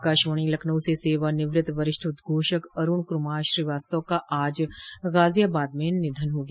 आकाशवाणी लखनऊ से सेवानिवृत्त वरिष्ठ उद्घोषक अरूण कुमार श्रीवास्तव का आज गाजियाबाद में निधन हो गया